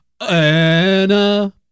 Anna